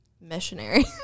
missionary